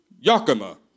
Yakima